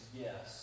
yes